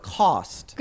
cost